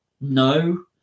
no